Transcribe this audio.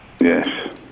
Yes